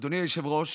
אדוני היושב-ראש,